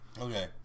Okay